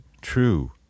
true